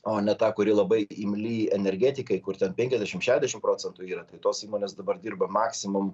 o ne tą kuri labai imli energetikai kur ten penkiasdešim šešiasdešim procentų yra tai tos įmonės dabar dirba maksimum